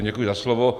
Děkuji za slovo.